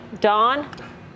Dawn